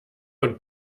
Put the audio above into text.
und